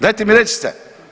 Dajte mi recite.